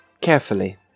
Carefully